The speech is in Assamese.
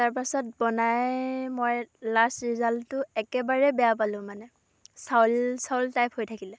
তাৰ পিছত বনাই মই লাষ্ট ৰিজাল্টটো একেবাৰে বেয়া পালোঁ মানে চাউল চাউল টাইপ হৈ থাকিলে